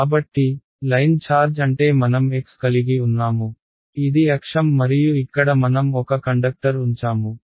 కాబట్టి line charge అంటే మనం x కలిగి ఉన్నాము ఇది అక్షం మరియు ఇక్కడ మనం ఒక కండక్టర్ ఉంచాము